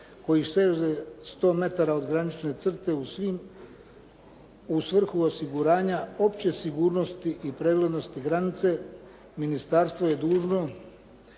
koji seže 100 metara od granične crte u svrhu osiguranja opće sigurnosti i preglednosti granice, ministarstvo je dužno